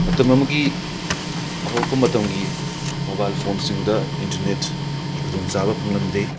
ꯃꯇꯝ ꯑꯃꯒꯤ ꯍꯧꯔꯛꯄ ꯃꯇꯝꯒꯤ ꯃꯣꯕꯥꯏꯜ ꯐꯣꯟꯁꯤꯡꯗ ꯏꯟꯇꯔꯅꯦꯠꯀꯤ ꯈꯨꯗꯣꯡꯆꯥꯕ ꯐꯪꯂꯝꯗꯦ